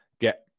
get